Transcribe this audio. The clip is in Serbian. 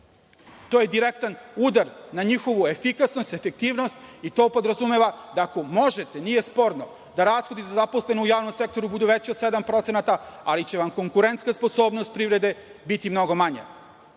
To je direktan udar na njihovu efikasnost, efektivnost i to podrazumeva da ako možete, nije sporno, da rashodi za zaposlene u javnom sektoru budu veći od 7%, ali će vam konkurentska sposobnost privrede biti mnogo manja.I,